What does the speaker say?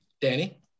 Danny